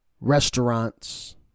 Restaurants